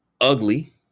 ugly